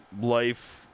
life